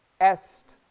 est